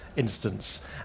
Instance